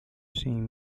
sing